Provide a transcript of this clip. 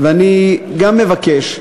ואני גם מבקש,